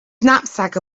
knapsack